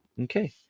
okay